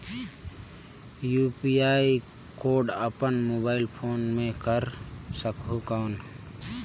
UPI code अपन mobile phone मे कर सकहुं कौन?